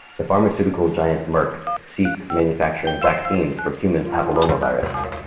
the pharmaceutical giant merck ceased manufacturing vaccines for human papillomavirus.